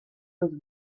was